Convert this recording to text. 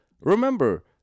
Remember